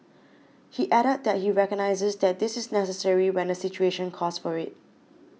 he added that he recognises that this is necessary when the situation calls for it